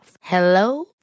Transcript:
Hello